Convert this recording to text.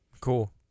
Cool